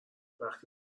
وقتی